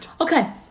Okay